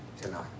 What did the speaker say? tonight